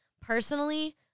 personally